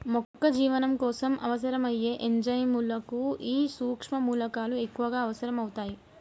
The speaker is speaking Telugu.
మొక్క జీవనం కోసం అవసరం అయ్యే ఎంజైముల కు ఈ సుక్ష్మ మూలకాలు ఎక్కువగా అవసరం అవుతాయి